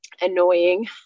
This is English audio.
annoying